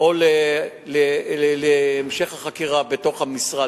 או להמשך החקירה בתוך המשרד,